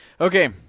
Okay